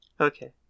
Okay